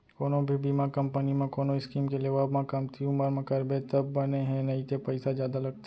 कोनो भी बीमा कंपनी म कोनो स्कीम के लेवब म कमती उमर म करबे तब बने हे नइते पइसा जादा लगथे